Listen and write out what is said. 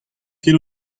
ket